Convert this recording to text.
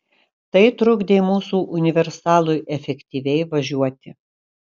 tai trukdė mūsų universalui efektyviai važiuoti